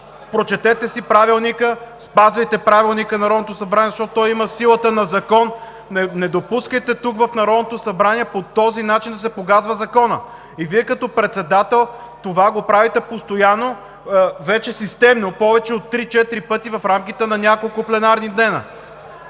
Прочетете си Правилника. Спазвайте Правилника на Народното събрание, защото то има силата на закон. Не допускайте тук, в Народното събрание, по този начин да се погазва законът. Вие, като председател, това го правите постоянно вече системно – повече от три-четири пъти в рамките на няколко пленарни дни.